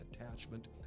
attachment